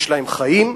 יש להם חיים,